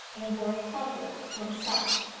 and were covered from sight.